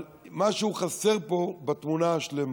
אבל משהו חסר פה בתמונה השלמה.